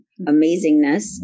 amazingness